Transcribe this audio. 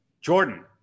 Jordan